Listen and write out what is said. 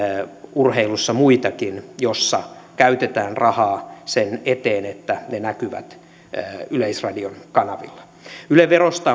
urheilussa muitakin joissa käytetään rahaa sen eteen että ne näkyvät yleisradion kanavilla yle verosta